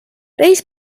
reis